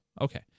Okay